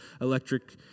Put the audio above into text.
electric